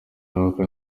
sinibuka